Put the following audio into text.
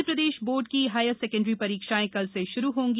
Madhya Pradesh board की higher secondary परीक्षाएं कल से शुरू होंगी